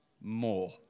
more